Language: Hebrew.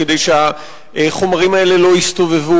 כדי שהחומרים האלה לא יסתובבו.